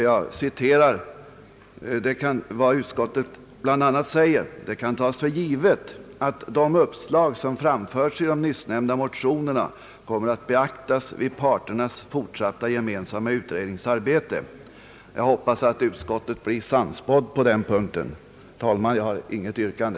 Jag citerar vad utskottet bl.a. säger: »Det kan tas för givet att de uppslag som framförts i de nyss nämnda motionerna kommer att beaktas vid parternas fortsatta gemensamma utredningsarbete.» Jag hoppas att utskottet blir sannspått på den punkten. Herr talman! Jag har inget yrkande.